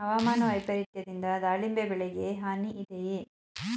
ಹವಾಮಾನ ವೈಪರಿತ್ಯದಿಂದ ದಾಳಿಂಬೆ ಬೆಳೆಗೆ ಹಾನಿ ಇದೆಯೇ?